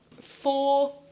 Four